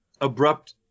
abrupt